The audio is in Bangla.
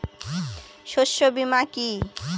শস্য বীমা কি?